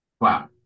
Wow